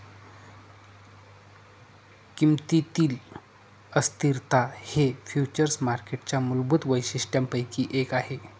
किमतीतील अस्थिरता हे फ्युचर्स मार्केटच्या मूलभूत वैशिष्ट्यांपैकी एक आहे